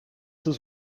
has